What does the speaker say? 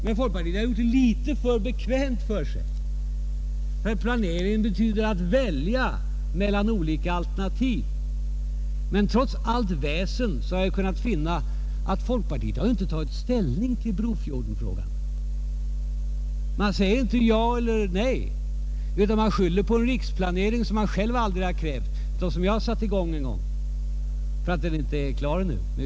Men folkpartiet gör det litet för bekvämt för sig, ty planering betyder att välja mellan olika alternativ. Trots allt väsen har jag inte kunnat finna att folkpartiet har tagit ställning till Brofjorden. Folkpartiet säger inte ja eller nej utan skyller på att den riksplanering, som man själv aldrig har krävt men som jag startade en gång, ännu inte är klar.